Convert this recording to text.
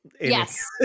Yes